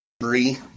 Three